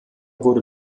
wurde